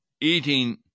eating